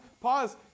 pause